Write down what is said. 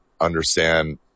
understand